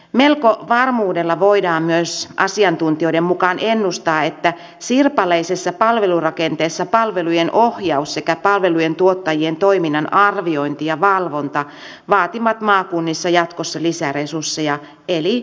melko varmuudella voidaan myös asiantuntijoiden mukaan ennustaa että sirpaleisessa palvelurakenteessa palvelujen ohjaus sekä palvelujen tuottajien toiminnan arviointi ja valvonta vaativat maakunnissa jatkossa lisäresursseja eli byrokratia lisääntyy